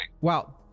Wow